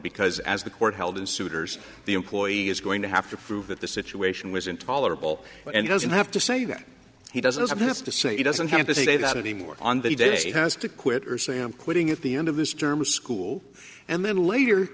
because as the court held in suiters the employee is going to have to prove that the situation was intolerable and doesn't have to say that he doesn't have this to say he doesn't have to say that anymore on the day he has to quit or say i'm quitting at the end of this term school and then later